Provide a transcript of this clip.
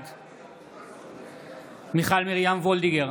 בעד מיכל מרים וולדיגר,